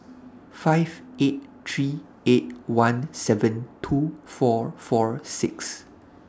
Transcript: five eight three eight one seven two four four six